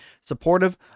supportive